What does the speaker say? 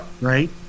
right